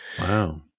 Wow